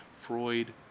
Freud